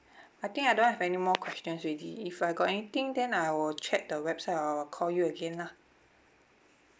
I think I don't have anymore questions already if I got anything then I will check the website or call you again lah